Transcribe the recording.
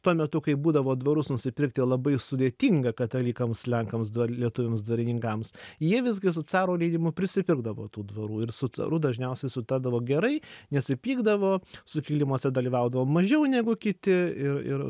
tuo metu kai būdavo dvarus nusipirkti labai sudėtinga katalikams lenkams lietuviams dvarininkams jie visgi su caro leidimu prisipirkdavo tų dvarų ir su caru dažniausiai sutardavo gerai nesipykdavo sukilimuose dalyvaudavo mažiau negu kiti ir ir